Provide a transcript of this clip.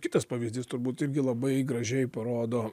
kitas pavyzdys turbūt irgi labai gražiai parodo